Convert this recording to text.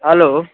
hello